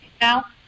now